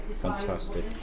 fantastic